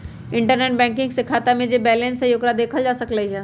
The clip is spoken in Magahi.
इंटरनेट बैंकिंग से खाता में जे बैलेंस हई ओकरा देखल जा सकलई ह